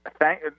thank